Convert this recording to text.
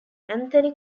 anthony